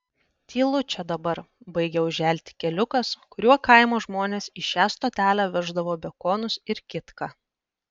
tylu čia dabar baigia užželti keliukas kuriuo kaimo žmonės į šią stotelę veždavo bekonus ir kitką